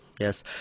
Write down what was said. Yes